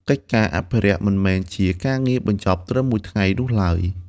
កិច្ចការអភិរក្សមិនមែនជាការងារបញ្ចប់ត្រឹមមួយថ្ងៃនោះឡើយ។